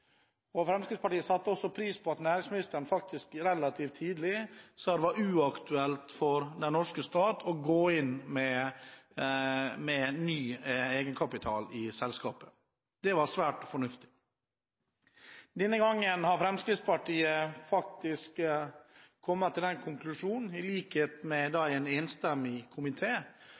Fremskrittspartiet satte pris på at næringsministeren relativt tidlig sa at det var uaktuelt for den norske stat å gå inn med ny egenkapital i selskapet. Det var svært fornuftig. Denne gangen har Fremskrittspartiet kommet til den konklusjonen, i likhet med en enstemmig